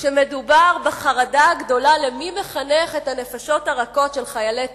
שמדובר בחרדה הגדולה של מי מחנך את הנפשות הרכות של חיילי צה"ל.